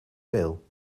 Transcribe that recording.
veel